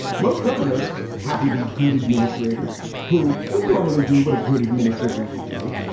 most governors happen to be good administrators who would normally do what a good administrator would do.